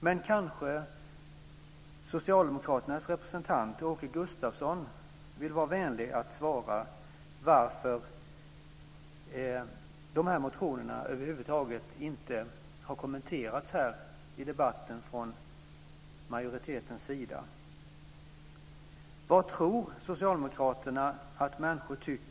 Men kanske kan socialdemokraternas representant Åke Gustavsson vara vänlig att svara på varför dessa motioner över huvud taget inte har kommenterats i debatten från majoritetens sida.